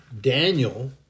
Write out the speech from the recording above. Daniel